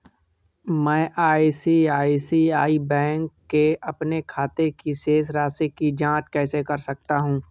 मैं ICICI bank के अपने खाते की शेष राशि की जाँच कैसे कर सकता हूँ?